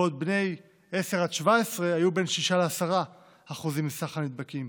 בעוד בני 10 17 היו בין 6% ל-10% מכלל הנדבקים